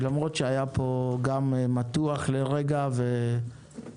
למרות שהיה פה גם מתוח לרגע וטעון,